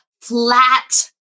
flat